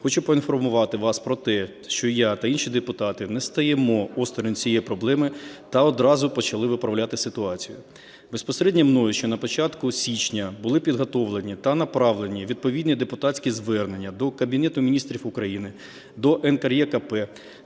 Хочу поінформувати вас про те, що я та інші депутати не стоїмо осторонь цієї проблеми та одразу почати виправляти ситуацію. Безпосередньо мною ще на початку січня були підготовлені та направлені відповідні депутатські звернення до Кабінету Міністрів України, до НКРЕКП